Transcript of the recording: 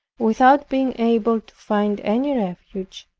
without being able to find any refuge,